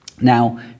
Now